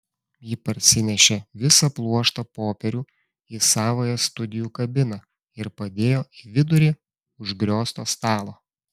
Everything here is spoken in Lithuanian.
ji parsinešė visą pluoštą popierių į savąją studijų kabiną ir padėjo į vidurį užgriozto stalo